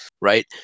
right